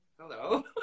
Hello